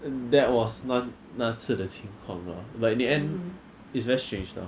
and that was 那那次的情况 lor like the end it's very strange lor